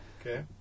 Okay